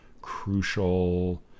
crucial